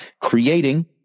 creating